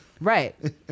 right